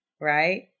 right